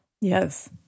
Yes